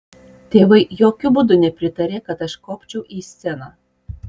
tėvai jokiu būdu nepritarė kad aš kopčiau į sceną